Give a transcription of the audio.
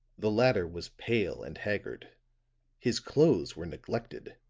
the latter was pale and haggard his clothes were neglected,